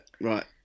right